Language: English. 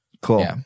Cool